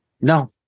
No